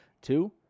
Two